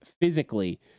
physically